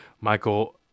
Michael